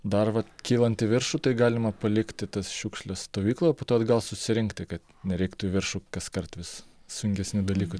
dar vat kylant į viršų tai galima palikti tas šiukšles stovykloj o po to atgal susirinkti kad nereiktų į viršų kaskart vis sunkesnių dalykų